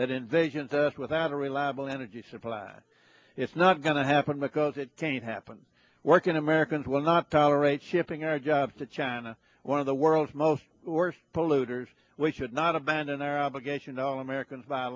that invasion just without a reliable energy supply it's not going to happen because it can't happen working americans will not tolerate shipping our jobs to china one of the world's most polluters we should not abandon our obligation to all americans by